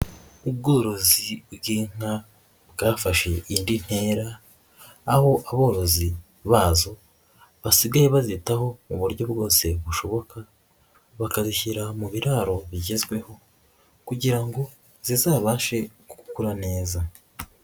Ubworozi bw'inka bwafashe indi ntera, aho aborozi bazo basigaye bazitaho mu buryo bwose bushoboka bakazishyira mu biraro bigezweho kugira ngo zizabashe gukura neza.